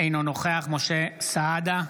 אינו נוכח משה סעדה,